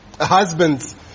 Husbands